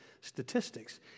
statistics